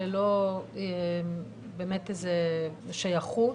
ללא שייכות,